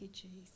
Jesus